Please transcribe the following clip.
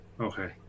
Okay